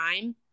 time